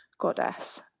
Goddess